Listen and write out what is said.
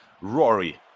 Rory